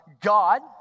God